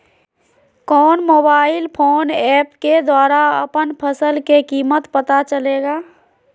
कौन mobile phone app के द्वारा अपन फसल के कीमत पता चलेगा?